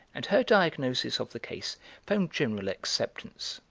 and her diagnosis of the case found general acceptance.